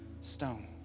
stone